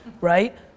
right